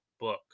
book